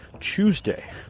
Tuesday